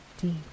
deep